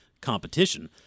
competition